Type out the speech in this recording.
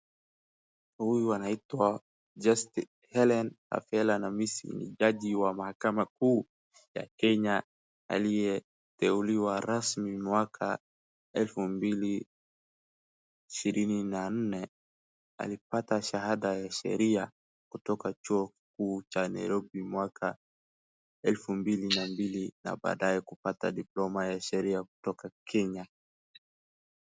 Huyu anaitwa Hellen Rafaela Namisi ni jaji wa mahakama kuu ya kenya aliyeteuliwa rasmi mwaka elfu mbili ishirini na nne alipata shahada ya sheria kutoka chuo kikuu cha Nairobi mwaka wa elfu kumi na mbili na baadaye kupata diploma ya sheria kutoka Kenya